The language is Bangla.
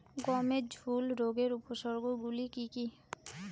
গমের ঝুল রোগের উপসর্গগুলি কী কী?